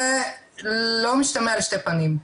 זה לא משתמע לשתי פנים,